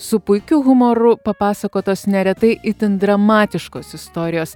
su puikiu humoru papasakotos neretai itin dramatiškos istorijos